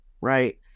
right